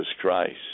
Christ